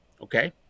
okay